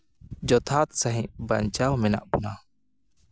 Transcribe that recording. ᱡᱚᱛᱷᱟᱛ ᱥᱟᱺᱦᱤᱡ ᱵᱟᱧᱪᱟᱣ ᱢᱮᱱᱟᱜ ᱵᱚᱱᱟ